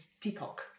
peacock